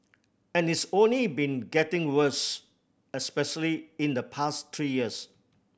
and it's only been getting worse especially in the past three years